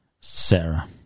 Sarah